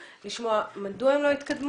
אנחנו רוצים לשמוע מדוע הם לא התקדמו.